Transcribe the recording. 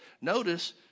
Notice